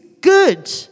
good